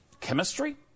chemistry